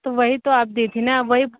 तो वहीं तो आप दिए थे ना वहीं